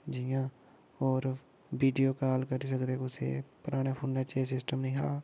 जि'यां होर video call करी सकदे कुसै ई पराना फोनै च एह् सिस्टम निहां